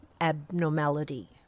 abnormality